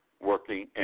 working